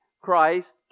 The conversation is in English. Christ